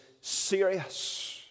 serious